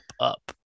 up